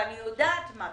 ואני יודעת מה קורה,